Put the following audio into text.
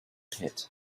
pit